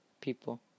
People